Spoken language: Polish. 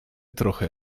trochę